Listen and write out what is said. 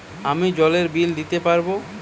আমি জলের বিল দিতে পারবো?